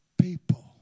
people